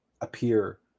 appear